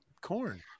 corn